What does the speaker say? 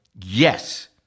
yes